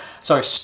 sorry